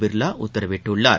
பிர்லா உத்தரவிட்டுள்ளார்